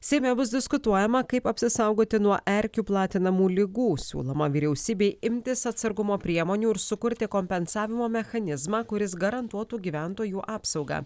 seime bus diskutuojama kaip apsisaugoti nuo erkių platinamų ligų siūloma vyriausybei imtis atsargumo priemonių ir sukurti kompensavimo mechanizmą kuris garantuotų gyventojų apsaugą